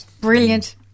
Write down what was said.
Brilliant